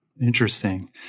Interesting